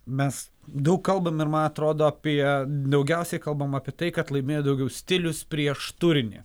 mes daug kalbam ir man atrodo apie daugiausiai kalbam apie tai kad laimės daugiau stilius prieš turinį